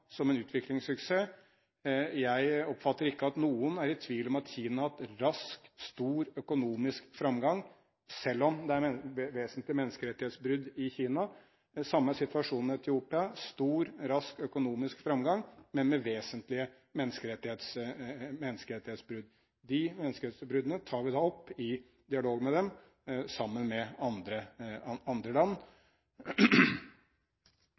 som en utviklingssuksess. Jeg oppfatter ikke at noen er i tvil om at Kina har hatt en rask og stor økonomisk framgang selv om det er vesentlige menneskerettighetsbrudd i Kina. Det samme er situasjonen i Etiopia – en stor og rask økonomisk framgang, men med vesentlige menneskerettighetsbrudd. De menneskerettighetsbruddene tar vi opp i dialog med dem sammen med andre